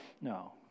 no